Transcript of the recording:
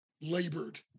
labored